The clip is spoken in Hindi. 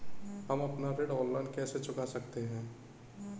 हम अपना ऋण ऑनलाइन कैसे चुका सकते हैं?